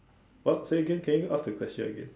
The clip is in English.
what say again can you ask the question again